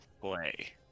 play